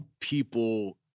people